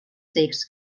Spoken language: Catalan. cecs